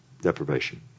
deprivation